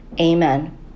amen